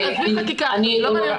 --- לא, עזבי חקיקה, לא מעניין אותך חקיקה.